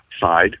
side